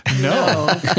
No